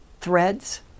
threads